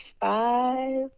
five